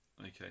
okay